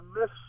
miss